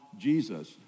Jesus